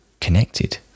connected